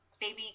baby